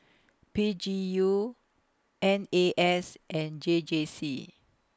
P G U N A S and J J C